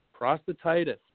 prostatitis